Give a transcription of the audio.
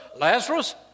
Lazarus